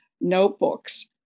notebooks